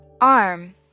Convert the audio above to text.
Arm